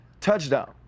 touchdown